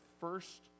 first